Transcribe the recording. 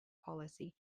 policy